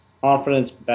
confidence